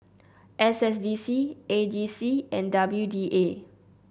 S S D C A G C and W D A